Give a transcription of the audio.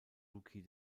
rookie